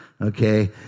okay